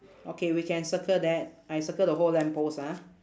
okay we can circle that I circle the whole lamp post ah